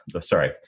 sorry